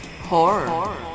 horror